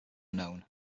known